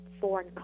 foreign